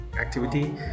activity